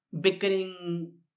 Bickering